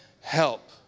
help